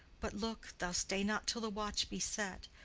but look thou stay not till the watch be set,